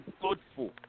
thoughtful